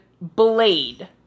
Blade